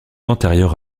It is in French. antérieurs